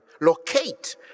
Locate